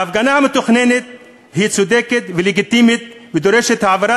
ההפגנה המתוכננת היא צודקת ולגיטימית ודורשת העברה